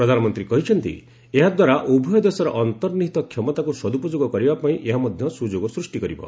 ପ୍ରଧାନମନ୍ତ୍ରୀ କହିଛନ୍ତି ଏହା ଦ୍ୱାରା ଉଭୟ ଦେଶର ଅନ୍ତର୍ନିହିତ କ୍ଷମତାକୁ ସଦୁପଯୋଗ କରିବା ପାଇଁ ଏହା ମଧ୍ୟ ସୁଯୋଗ ସୃଷ୍ଟି କରିବ